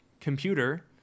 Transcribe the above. computer